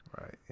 Right